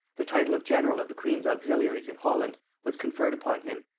the title of general of the queen's auxiliaries in holland was conferred upon him,